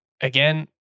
Again